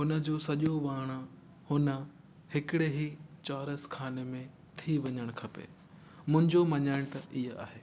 हुनजो सॼो वर्णनु हुन हिकिड़े ई चोरस खाने में थी वञणु खपे मुंहिजो मञण त हीअ आहे